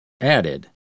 added